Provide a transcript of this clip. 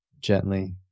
gently